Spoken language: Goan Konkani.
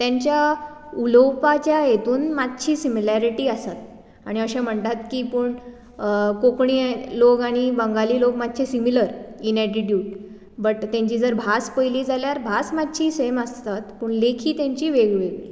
तेंच्या उलोवपाच्या हेतुन मातशी सिमिलेरीटी आसात आनी अशें म्हणटात की पूण कोंकणी लोक आनी बंगाली लोक मातशें सिमिलर इन एटिट्यूड बट तेंची जर भास पयली जाल्यार भास मातशी सेम आसतात पूण लेकी तेंची वेग वेगळीं